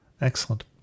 Excellent